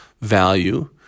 value